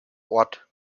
ort